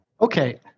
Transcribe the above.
Okay